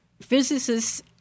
physicists